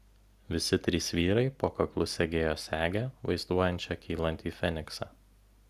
visi trys vyrai po kaklu segėjo segę vaizduojančią kylantį feniksą